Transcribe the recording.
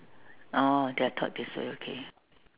oh they are taught this way okay